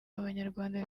abanyarwanda